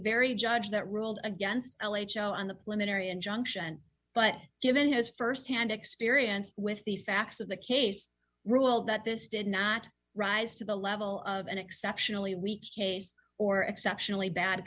very judge that ruled against l h o on the women area injunction but given his firsthand experience with the facts of the case ruled that this did not rise to the level of an exceptionally weak case or exceptionally bad